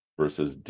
versus